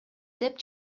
деп